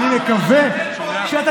אמרת שאתם